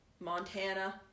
Montana